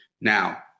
Now